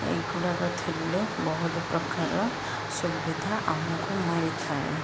ଏଗୁଡ଼ାକ ଥିଲେ ବହୁତ ପ୍ରକାର ସୁବିଧା ଆମକୁ ମିଳିଥାଏ